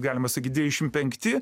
galima sakyt devyniasdešim penkti